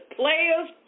players